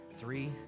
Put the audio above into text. Three